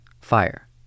fire